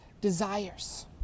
desires